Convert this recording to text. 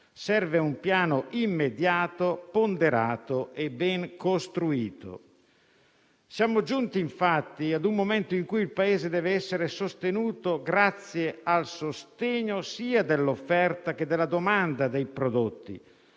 Serve un piano immediato, ponderato e ben costruito. Siamo giunti, infatti, a un momento in cui il Paese dev'essere sostenuto sia dal lato dell'offerta sia da quello della domanda dei prodotti.